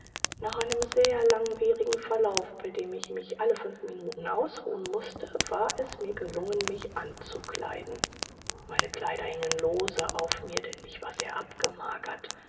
nach einem sehr langwierigen verlauf bei dem ich mich alle fünf minuten ausruhen mußte war es mir gelungen mich anzukleiden meine kleider hingen lose auf mir denn ich war sehr abgemagert